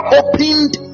opened